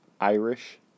Irish